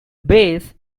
base